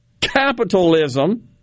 capitalism